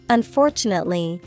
Unfortunately